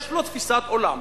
יש לו תפיסת עולם,